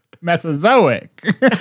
Mesozoic